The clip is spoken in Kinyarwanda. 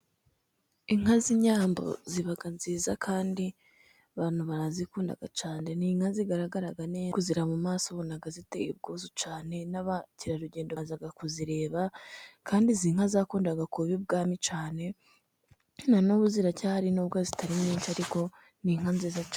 Inka z'inyambo ziba nziza kandi abantu barazikunda cyane. Ni inka zigaragaraga neza, kuzireba mu maso ubona ziteye ubwuzu cyane, n'abakerarugendo baza kuzireba, kandi izi nka zakundaga kuba ibwami cyane, na n'ubu ziracyahari nubwo zitari nyinshi, ariko ni inka nziza cyane.